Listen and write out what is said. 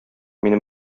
минем